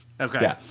Okay